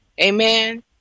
Amen